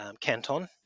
canton